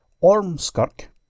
Ormskirk